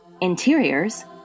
interiors